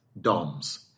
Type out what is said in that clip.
DOMS